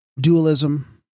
Dualism